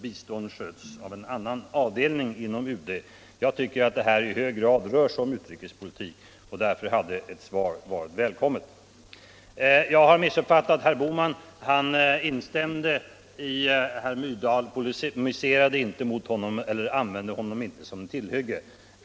Bistånd sköts av en annan avdelning inom UD.” Jag menar att det här i hög grad rör sig om utrikespolitik, och därför hade ett svar varit motiverat. Jag har missuppfattat herr Bohman. Han instämde med herr Myrdal, polemiserade inte mot honom och använde honom inte som tillhygge.